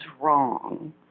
wrong